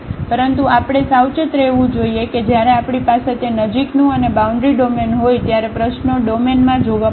પરંતુ આપણે સાવચેત રહેવું જોઈએ કે જ્યારે આપણી પાસે તે નજીકનું અને બાઉન્ડ્રી ડોમેન હોય ત્યારે પ્રશ્નો ડોમેનમાં જોવી પડશે